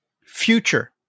Future